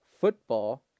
football